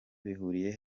bihuriye